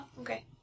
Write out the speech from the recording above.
okay